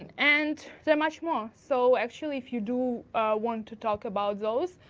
and and there's much more. so actually, if you do want to talk about those,